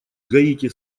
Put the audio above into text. гаити